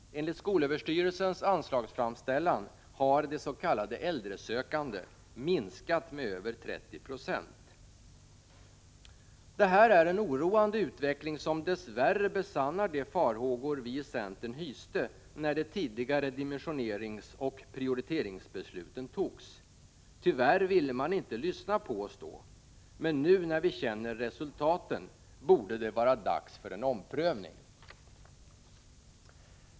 Enligt skolöverstyrelsens anslagsframställan har de s.k. äldresökande minskat med över 30 96. Det här är en oroande utveckling som dess värre besannar de farhågor som vi i centern hyste när de tidigare dimensioneringsoch prioriteringsbesluten togs. Tyvärr ville man inte lyssna på oss då, men nu när vi känner resultaten borde det vara dags för en omprövning.